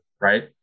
Right